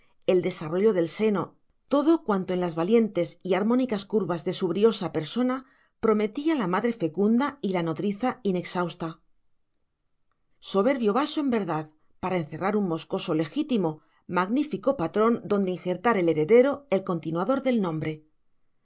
el desarrollo del seno todo cuanto en las valientes y armónicas curvas de su briosa persona prometía la madre fecunda y la nodriza inexhausta soberbio vaso en verdad para encerrar un moscoso legítimo magnífico patrón donde injertar el heredero el continuador del nombre